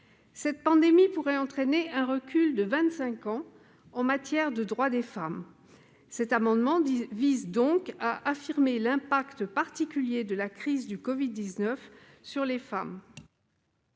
cette pandémie n'entraîne un recul de 25 ans en matière de droits des femmes. Cet amendement vise donc à faire reconnaître l'impact particulier de la crise du covid-19 sur les femmes.